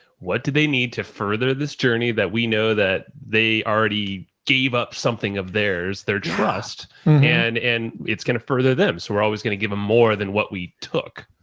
what did they need to further this journey that we know that they already gave up something of theirs, their trust and, and it's going to further them. so we're always going to give them more than what we took.